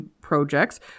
projects